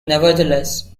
nevertheless